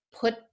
put